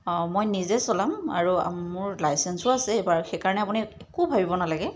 অঁ মই নিজেই চলাম আৰু মোৰ লাইচেন্সো আছে এইবাৰ সেইকাৰণে আপুনি একো ভাবিব নেলাগে